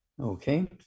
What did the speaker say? Okay